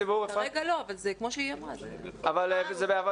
כרגע לא, אבל זה כמו שהיא אמרה --- זה בעבודה.